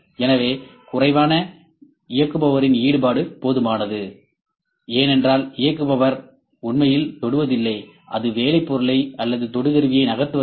எனவே குறைவான இயக்குபவரின் ஈடுபாடு போதுமானது ஏனென்றால் இயக்குபவர் உண்மையில் தொடுவதில்லை அல்லது வேலைத் பொருளை அல்லது தொடு கருவியை நகர்த்துவதில்லை